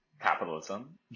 capitalism